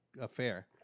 affair